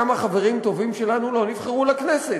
כמה חברים טובים שלנו לא נבחרו לכנסת.